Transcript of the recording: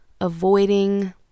avoiding